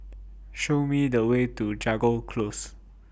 Show Me The Way to Jago Close